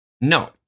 No